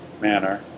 manner